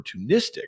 opportunistic